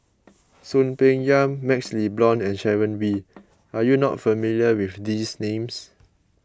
Soon Peng Yam MaxLe Blond and Sharon Wee are you not familiar with these names